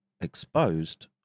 exposed